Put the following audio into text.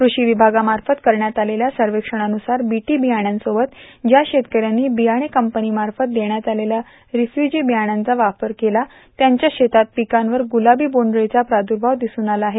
कूषी विभागामार्फत करण्यात आलेल्या सर्वेक्षणानुसार बीटी बियाणांसोबत ज्या शेतकऱ्यांनी बियाणे कंपनीमार्फत देण्यात आलेल्या रिफूजी बियाणांचा वापर केला त्यांच्या शेतात पिकांवर गुलाबी बोंडअळीचा प्रादुर्भाव दिसून आला आहे